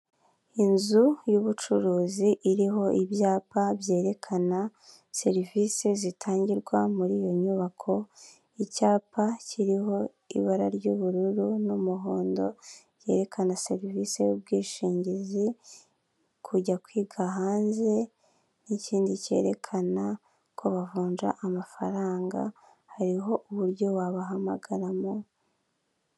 Inzu y'ubucuruzi iriho ibyapa byerekana serivise zitangirwa muri iyo nyubako, icyapa kiriho ibara ry'ubururu n'umuhondo byerekana serivise y 'ubwishingizi, kujya kwiga hanze n'ikindi cyerekana ko bavunja amafaranga, hariho uburyo wabahamagaramo.